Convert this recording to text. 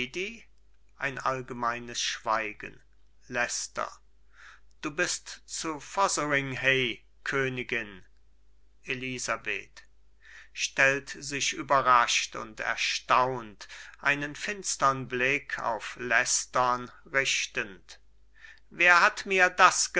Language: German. ein allgemeines schweigen leicester du bist zu fotheringhay königin elisabeth stellt sich überrascht und erstaunt einen finstern blick auf leicester richtend wer hat mir das